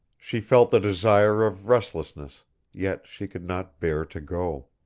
she felt the desire of restlessness yet she could not bear to go.